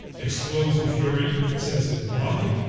explodes in fury, says, mommy,